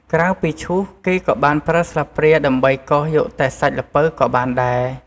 ក្រៅពីឈួស គេក៏បានប្រើស្លាបព្រាដើម្បីកោសយកតែសាច់ល្ពៅក៏បានដែរ។